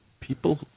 people